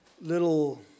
little